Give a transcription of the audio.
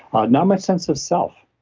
ah not my sense of self,